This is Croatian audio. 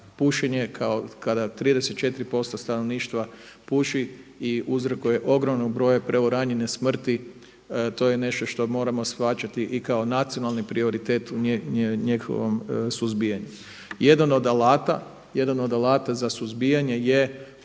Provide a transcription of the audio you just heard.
kada 34% stanovništva puši i uzrokuje ogroman broj preuranjene smrti to je nešto što moramo shvaćati i kao nacionalni prioritet u njihovom suzbijanju. Jedan od alata za suzbijanje je